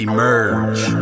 Emerge